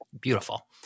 beautiful